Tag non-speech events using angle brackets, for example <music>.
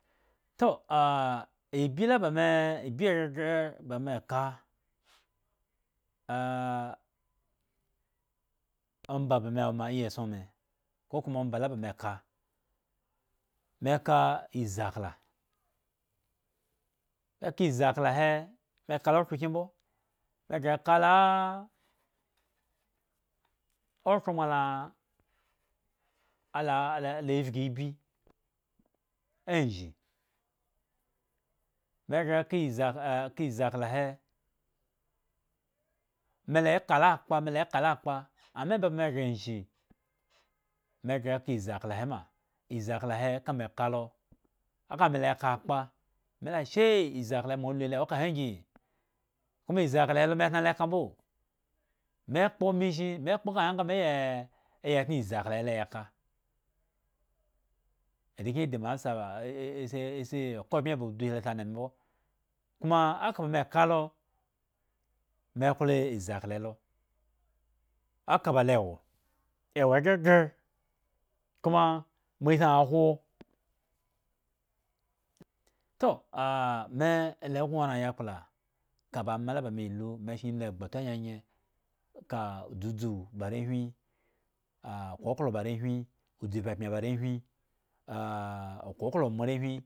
Toh <hesitation> ibyi le ba mee ibyi gagre me ka "aahh" omba ba me wo ma iyi eggon me ko kumoa omba la ba me ka me ka iziakla me ka izi aklahe me kalo okhro kyin mbo me gre ye laa okhro ma laa alala vgi ibyi anzhin me gre ye ka izi aklo he me le ka lo akpa me le ka lo akpa anma omba me gre anzhin me gre ye ka iziakla le ma, iziakla he ka me ka lo aka mele aka akpoa me le ashey izi akla mo lolu lo awo eka ngi kuma iziakla me mboo me kpo me zhin me ka aa nga me ye e tna iziakla heloa ak are kyen di me answer <unintelligible> arekyen si okabmye ba udube si di me mbo kuma aka ba me ka lo me kloiziakla he lo eka le woo ewoo gagre kuma ma hi aa khwo toh <hesitation> me e le gno ra ayakpla kaba ama la ba me lu me shen lu egba tun unyenye aka udzudzu ba arewhi "ahh" koklo ba arewhi udzu pyepyan ba arewhi ahh okoklo ba moarewhi